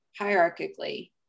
hierarchically